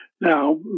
now